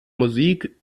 musik